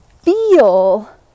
feel